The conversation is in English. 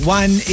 one